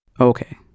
Okay